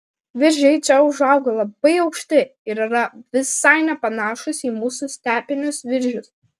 viržiai čia užauga labai aukšti ir yra visai nepanašūs į mūsų stepinius viržius